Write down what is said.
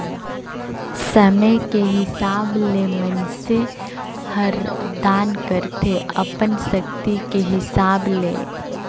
समे के हिसाब ले मइनसे हर दान करथे अपन सक्ति के हिसाब ले